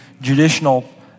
judicial